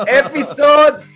episode